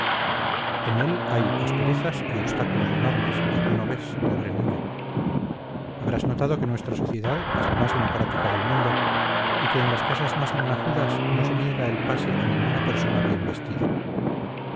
en él hay asperezas y obstáculos enormes que tú no ves pobre niño habrás notado que nuestra sociedad es la más democrática del mundo y que en las casas más linajudas no se niega el pase a ninguna persona bien vestida